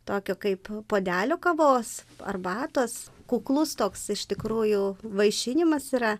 tokio kaip puodelio kavos arbatos kuklus toks iš tikrųjų vaišinimas yra